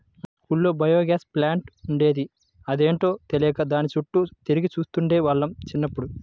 మా స్కూల్లో biogas plant ఉండేది, అదేంటో తెలియక దాని చుట్టూ తిరిగి చూస్తుండే వాళ్ళం చిన్నప్పుడు